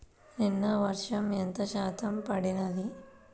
నిన్న వర్షము ఎంత శాతము పడినది?